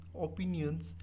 opinions